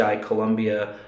Colombia